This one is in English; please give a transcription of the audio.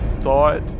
thought